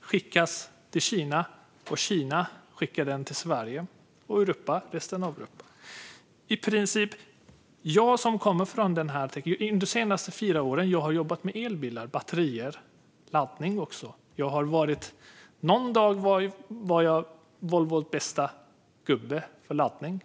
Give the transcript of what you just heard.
skickas det till Kina, och Kina skickar det till Sverige och resten av Europa. Jag kommer från den här industrin. De senaste fyra åren har jag jobbat med elbilar, batterier och laddning. Någon dag var jag Volvos bästa gubbe för laddning.